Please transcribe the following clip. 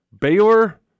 Baylor